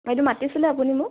বাইদেউ মাতিছিলে আপুনি মোক